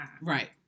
Right